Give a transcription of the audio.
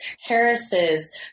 Harris's